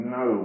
no